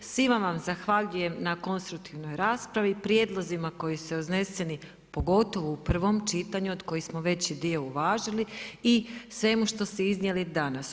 Svima vam zahvaljujem na konstruktivnoj raspravi, prijedlozima koji su izneseni pogotovo u prvom čitanju od kojih smo veći dio uvažili i svemu što ste iznijeli danas.